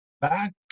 back